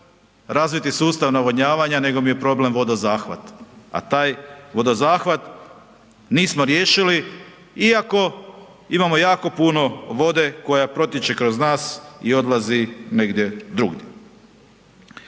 razviti sustav navodnjavanja, nego mi je problem vodozahvat, a taj vodozahvat nismo riješili iako imamo jako puno vode koja protječe kroz nas i odlazi negdje drugdje.